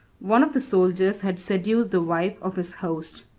one of the soldiers had seduced the wife of his host.